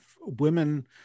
Women